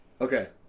Okay